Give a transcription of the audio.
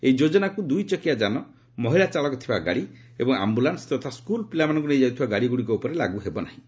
ଏହି ଯୋଜନାକୁ ଦୁଇ ଚକିଆ ଯାନ ମହିଳା ଚାଳକ ଥିବା ଗାଡ଼ି ଏବଂ ଆମ୍ଭୁଲାନ୍ଦ ତଥା ସ୍କୁଲ ପିଲାମାନଙ୍କୁ ନେଇ ଯାଉଥିବା ଗାଡ଼ି ଗୁଡ଼ିକ ଉପରେ ଲାଗୁ ହେବ ନାହିଁ